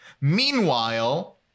Meanwhile